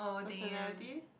personality